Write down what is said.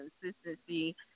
consistency